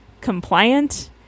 compliant